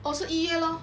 oh 是一月 lor